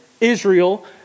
Israel